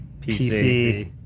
PC